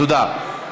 תודה.